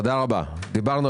זה דיון חמישי